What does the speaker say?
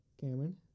Cameron